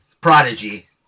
Prodigy